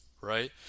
right